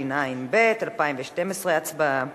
התשע"ב 2012. הצבעה.